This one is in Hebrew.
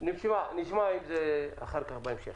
נשמע בהמשך.